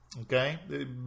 okay